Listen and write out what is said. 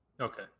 okay